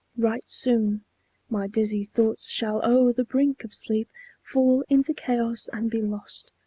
right soon my dizzy thoughts shall o'er the brink of sleep fall into chaos and be lost.